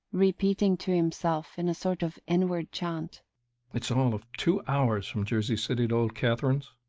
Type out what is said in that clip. repeating to himself, in a sort of inward chant it's all of two hours from jersey city to old catherine's.